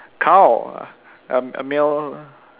cow a male